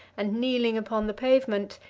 and kneeling upon the pavement,